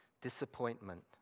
disappointment